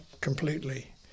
completely